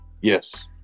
Yes